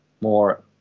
more